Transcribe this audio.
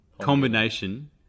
combination